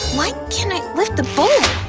like can't i lift the bowl?